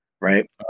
right